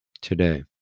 today